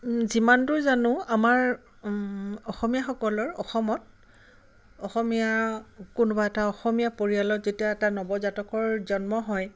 যিমান দূৰ জানোঁ আমাৰ অসমীয়াসকলৰ অসমত অসমীয়া কোনোবা এটা অসমীয়া পৰিয়ালত যেতিয়া এটা নৱজাতকৰ জন্ম হয়